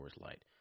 Light